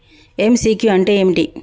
MCQ అంటే ఏమిటి?